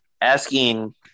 Asking